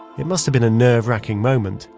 it must've been a nerve-wracking moment.